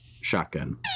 shotgun